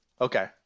Okay